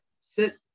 sit